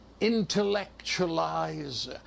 intellectualize